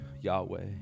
Yahweh